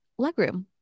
legroom